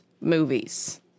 movies